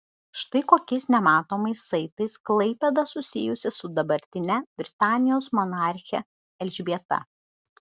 štai kokiais nematomais saitais klaipėda susijusi su dabartine britanijos monarche elžbieta